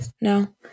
no